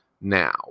now